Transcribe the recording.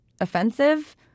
offensive